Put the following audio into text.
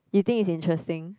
you think is interesting